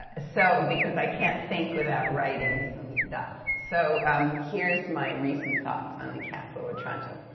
ah so, because i can't think without writing some stuff, so um here's my recent thoughts on the castle of otranto.